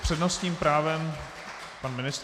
S přednostním právem pan ministr.